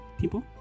people